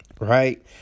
right